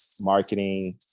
marketing